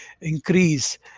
increase